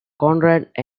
conrad